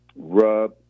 rub